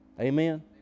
Amen